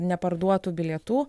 neparduotų bilietų